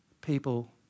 people